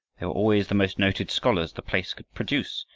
they were always the most noted scholars the place could produce,